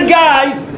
guys